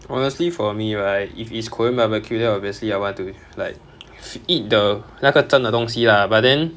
honestly for me right if it's korean barbecue then obviously I want to like eat the 那个真的东西 lah but then